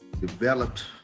developed